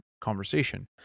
conversation